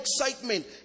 excitement